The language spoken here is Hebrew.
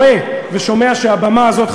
שומע ורואה שהבמה הזאת,